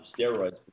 steroids